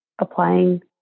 applying